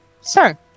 Sir